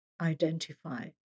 identify